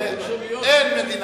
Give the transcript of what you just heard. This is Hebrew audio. אין.